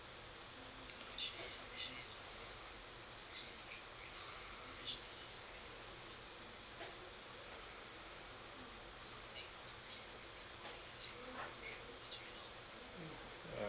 ya